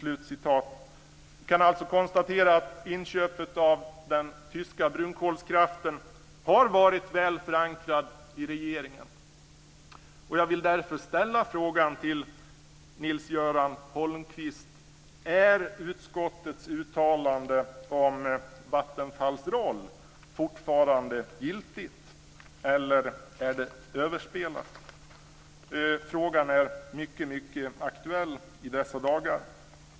Vi kan alltså konstatera att inköpet av den tyska brunkolskraften har varit väl förankrat i regeringen. Jag vill därför ställa frågan till Nils-Göran Holmqvist. Är utskottets uttalande om Vattenfalls roll fortfarande giltigt, eller är det överspelat? Frågan är mycket aktuell i dessa dagar.